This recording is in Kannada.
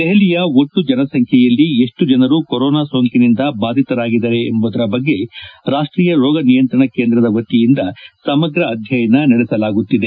ದೆಹಲಿಯ ಒಟ್ಲು ಜನಸಂಖ್ಯೆಯಲ್ಲಿ ಎಷ್ಲು ಜನರು ಕೊರೋನಾ ಸೋಂಕಿನಿಂದ ಬಾದಿತರಾಗಿದ್ದಾರೆ ಎಂಬುದರ ಬಗ್ಗೆ ರಾಷ್ಲೀಯ ರೋಗನಿಯಂತ್ರಣ ಕೇಂದ್ರದ ವತಿಯಿಂದ ಸಮಗ್ರ ಅಧ್ಯಯನ ನಡೆಸಲಾಗುತ್ತಿದೆ